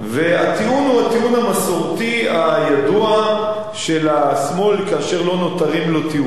והטיעון הוא הטיעון המסורתי הידוע של השמאל כאשר לא נותרים לו טיעונים,